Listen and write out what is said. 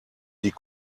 die